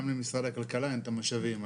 גם למשרד הכלכלה אין את המשאבים.